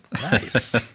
Nice